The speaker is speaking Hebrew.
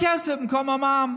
מה קרה, כלום.